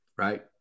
right